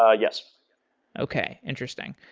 ah yes okay. interesting.